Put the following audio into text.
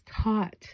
taught